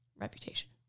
reputation